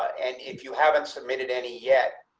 and if you haven't submitted any yet.